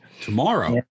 Tomorrow